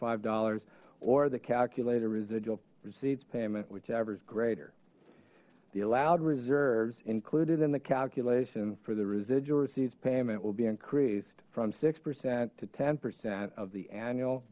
five dollars or the calculated residual receipts payment whichever is greater the allowed reserves included in the calculation for the residual receipts payment will be increased from six percent to ten percent of the annual